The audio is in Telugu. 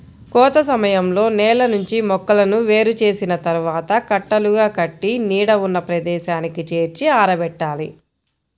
కోత సమయంలో నేల నుంచి మొక్కలను వేరు చేసిన తర్వాత కట్టలుగా కట్టి నీడ ఉన్న ప్రదేశానికి చేర్చి ఆరబెట్టాలి